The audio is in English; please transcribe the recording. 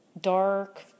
dark